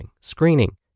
screening